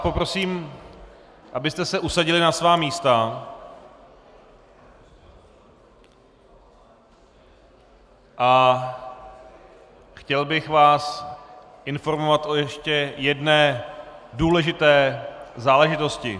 Poprosím vás, abyste se usadili na svá místa, a chtěl bych vás informovat ještě o jedné důležité záležitosti.